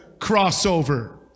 crossover